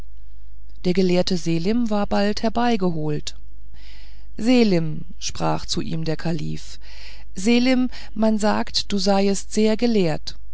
der gelehrte selim war bald herbeigeholt selim sprach zu ihm der kalif selim man sagt du seiest sehr gelehrt